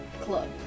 club